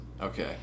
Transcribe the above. Okay